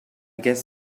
guess